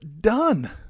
done